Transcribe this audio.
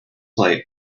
play